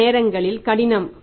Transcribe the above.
சில நேரங்களில் கடினம்